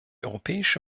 europäische